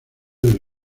del